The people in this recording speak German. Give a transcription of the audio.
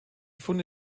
funde